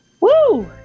Woo